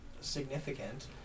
significant